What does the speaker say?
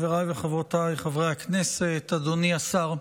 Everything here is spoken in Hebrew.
חבריי וחברותיי חברי הכנסת, אדוני השר,